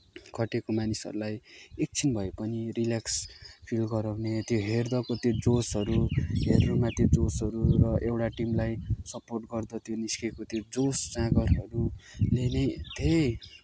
खटेको मानिसहरूलाई एकछिन भए पनि रिलेक्स फिल गराउने त्यो हेर्दाको त्यो जोसहरू हेर्नुमा त्यो जोसहरू र एउटा टिमलाई सपोर्ट गर्दा त्यो निस्किएको त्यो जोस जाँगरहरूले नै धेरै